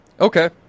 Okay